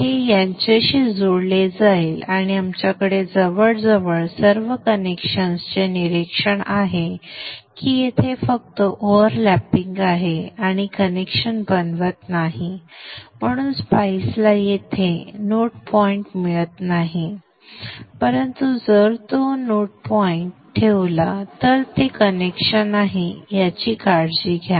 हे याच्याशी जोडले जाईल आणि आमच्याकडे जवळजवळ सर्व कनेक्शन्सचे निरीक्षण आहे की येथे फक्त ओव्हर लॅपिंग आहे आणि कनेक्शन बनवत नाही म्हणून स्पायइस ला येथे नोड पॉइंट मिळत नाही परंतु जर तो नोड पॉइंट ठेवला तर ते कनेक्शन आहे याची काळजी घ्या